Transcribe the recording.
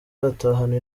atahana